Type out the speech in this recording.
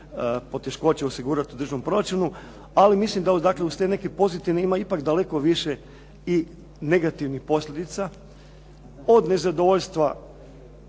poteškoća osigurati u državnom proračunu. Ali mislim da uz dakle te neke pozitivne ima ipak daleko više i negativnih posljedica od nezadovoljstva